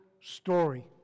story